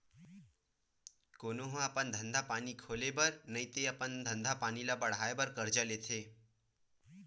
कोनो ह अपन धंधा पानी खोले बर नइते अपन धंधा पानी ल बड़हाय बर करजा लेथे